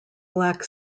black